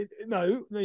No